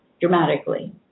dramatically